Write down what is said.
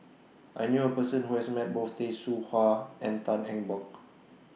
I knew A Person Who has Met Both Tay Seow Huah and Tan Eng Bock